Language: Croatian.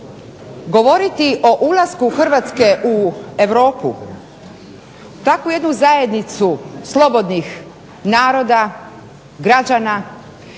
Govoriti o ulasku Hrvatske u Europu, takvu jednu zajednicu slobodnih naroda, građana